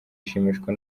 ashimishwa